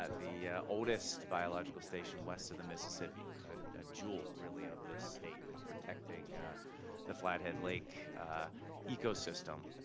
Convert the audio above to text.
ah the oldest biological station west of the mississippi. a jewel, really, of this state, and protecting the flathead lake ecosystem.